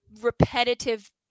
repetitive